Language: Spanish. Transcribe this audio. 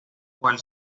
cual